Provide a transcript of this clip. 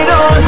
on